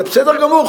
זה בסדר גמור.